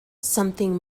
something